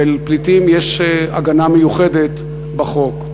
ולפליטים יש הגנה מיוחדת בחוק.